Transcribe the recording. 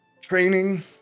Training